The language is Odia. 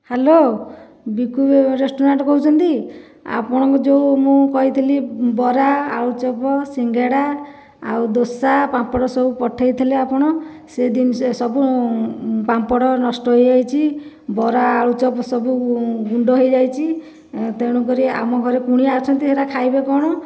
ହ୍ୟାଲୋ ବିକୁ ରେସ୍ତୋରାଁ କହୁଛନ୍ତି ଆପଣଙ୍କୁ ଯେଉଁ ମୁଁ କହିଥିଲି ବରା ଆଳୁଚପ ସିଙ୍ଗେଡ଼ା ଆଉ ଦୋସା ପାମ୍ପଡ଼ ସବୁ ପଠେଇଥିଲେ ଆପଣ ସେଇ ଜିନିଷ ସବୁ ପାମ୍ପଡ଼ ନଷ୍ଟ ହୋଇଯାଇଛି ବରା ଆଳୁଚପ ସବୁ ଗୁଣ୍ଡ ହୋଇଯାଇଛି ତେଣୁକରି ଆମ ଘରେ କୁଣିଆ ଅଛନ୍ତି ହେରା ଖାଇବେ କଣ